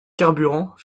carburant